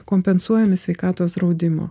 kompensuojami sveikatos draudimo